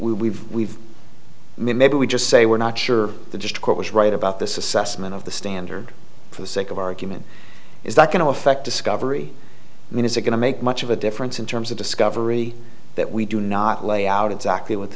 we've we've maybe we just say we're not sure the just court was right about this assessment of the standard for the sake of argument is that going to affect discovery i mean is it going to make much of a difference in terms of discovery that we do not lay out exactly what the